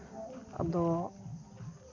ᱟᱫᱚ